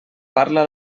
parla